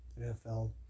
NFL